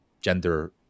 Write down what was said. gender